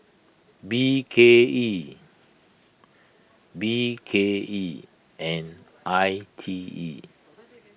B K E B K E and I T E